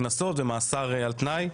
קנסות ומאסר על תנאי.